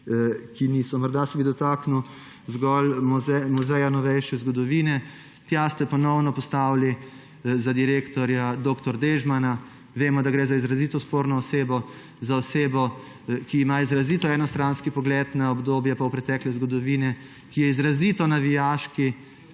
jim niso. Morda se bi dotaknil zgolj Muzeja novejše zgodovine. Tja ste ponovno postavili za direktorja dr. Dežmana. Vemo, da gre za izrazito sporno osebo, za osebo, ki ima izrazito enostranski pogled na obdobje polpretekle zgodovine, ki je izrazito navijaški,